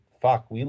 fuck